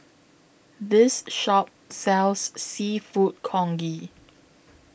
This Shop sells Seafood Congee